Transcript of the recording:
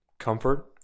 comfort